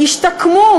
השתקמו,